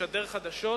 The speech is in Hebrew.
ישדר חדשות